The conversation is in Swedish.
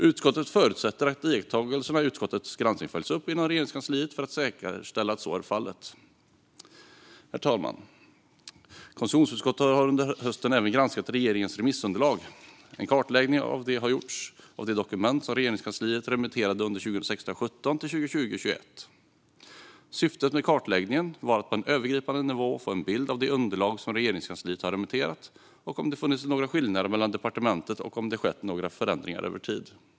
Utskottet förutsätter att iakttagelserna i utskottets granskning följs upp inom Regeringskansliet för att säkerställa att så är fallet. Herr talman! Konstitutionsutskottet har under hösten även granskat regeringens remissunderlag. En kartläggning har gjorts av de dokument som Regeringskansliet remitterade under 2016 21. Syftet med kartläggningen var att på en övergripande nivå få en bild av de underlag som Regeringskansliet har remitterat, om det funnits några skillnader mellan departementen och om det skett några förändringar över tid.